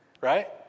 Right